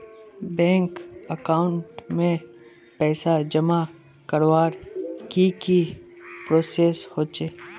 Bank account में पैसा जमा करवार की की प्रोसेस होचे?